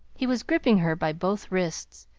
he was gripping her by both wrists,